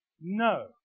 No